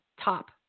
top